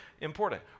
Important